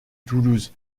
toulouse